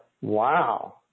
Wow